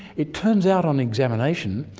it turns out on examination